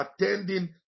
attending